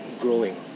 growing